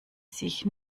sich